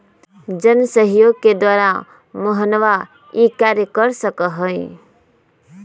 जनसहयोग के द्वारा मोहनवा ई कार्य कर सका हई